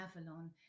Avalon